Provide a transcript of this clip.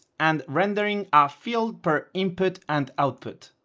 and rendering a field per input and output.